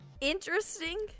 interesting